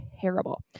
terrible